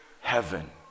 heaven